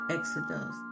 Exodus